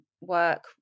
work